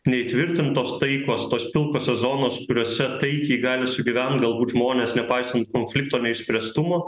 neįtvirtintos taikos tos pilkosios zonos kuriose taikiai gali sugyvent galbūt žmonės nepaisant konflikto neišspręstumo